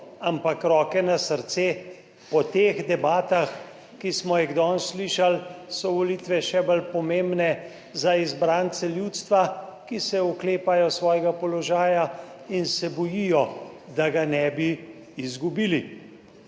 ampak roke na srce, po teh debatah, ki smo jih danes slišali, so volitve še bolj pomembne za izbrance ljudstva, ki se oklepajo svojega položaja in se bojijo, da ga ne bi izgubili.